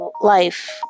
life